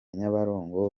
nyabarongo